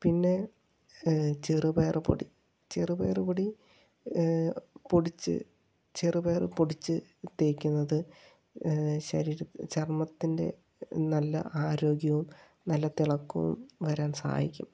പിന്നെ ചെറുപയറ് പൊടി ചെറുപയറ് പൊടി പൊടിച്ച് ചെറുപയർ പൊടിച്ച് തേയ്ക്കുന്നത് ശരീര ചർമ്മത്തിൻ്റെ നല്ല ആരോഗ്യവും നല്ല തിളക്കവും വരാൻ സഹായിക്കും